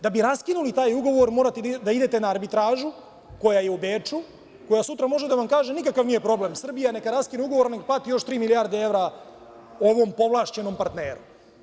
Da bi raskinuli taj ugovor, morate da idete na arbitražu, koja je u Beču, koja sutra može da vam kaže – nikakav nije problem, Srbija neka raskine ugovor, neka plati još tri milijarde evra ovom povlašćenom partneru.